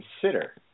Consider